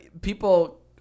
People